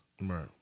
Right